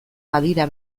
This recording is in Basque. badira